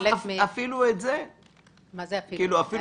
אפילו את הנהלים?